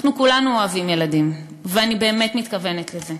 אנחנו כולנו אוהבים ילדים, ואני באמת מתכוונת לזה.